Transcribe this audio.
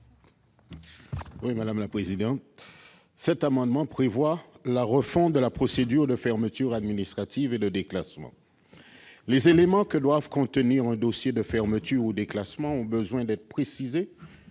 Guillaume Arnell. Cet amendement prévoit la refonte de la procédure de fermeture administrative et de déclassement. Les éléments que doit contenir un dossier de fermeture ou de déclassement ont besoin d'être précisés